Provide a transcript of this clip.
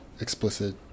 explicit